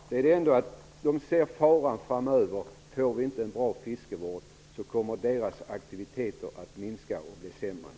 De ser faran för att deras aktiviteter kommer att minska och bli sämre framöver om vi inte får en bra fiskevård.